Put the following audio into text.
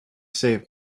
save